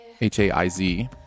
H-A-I-Z